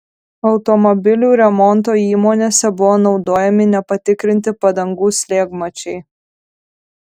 automobilių remonto įmonėse buvo naudojami nepatikrinti padangų slėgmačiai